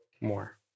more